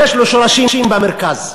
יש לו שורשים במרכז.